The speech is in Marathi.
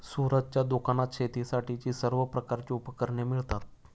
सूरजच्या दुकानात शेतीसाठीची सर्व प्रकारची उपकरणे मिळतात